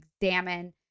examine